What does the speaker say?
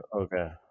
Okay